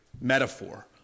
metaphor